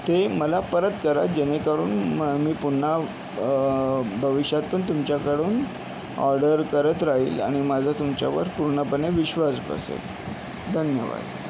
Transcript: ते मला परत करा जेणेकरून म मी पुन्हा भविष्यातपण तुमच्याकडून ऑर्डर करत राहील आणि माझा तुमच्यावर पूर्णपणे विश्वास बसेल धन्यवाद